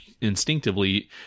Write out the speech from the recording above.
instinctively